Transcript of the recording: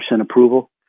approval